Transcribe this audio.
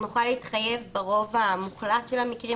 אנחנו נוכל להתחייב ברוב המוחלט של המקרים,